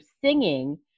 singing